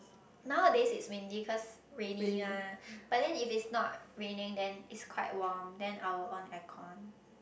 now this is windy cause rainy mah but then if it is not raining then is quite warm then I will on aircon